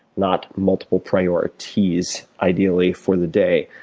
not multiple priorities ideally, for the day.